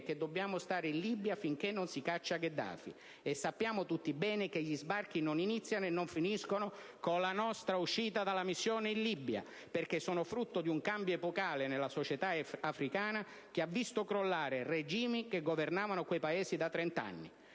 che dobbiamo stare in Libia finché non si caccia Gheddafi, e sappiamo tutti bene che gli sbarchi non iniziano e non finiscono con la nostra uscita dalla missione in Libia, perché sono frutto di un cambio epocale nella società africana che ha visto crollare regimi che governavano quei Paesi da trent'anni.